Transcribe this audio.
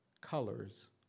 colors